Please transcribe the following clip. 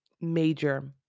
major